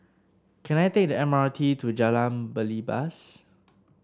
can I take the M R T to Jalan Belibas